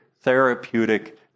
therapeutic